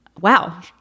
Wow